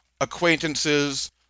acquaintances